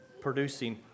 producing